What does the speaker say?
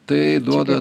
tai duoda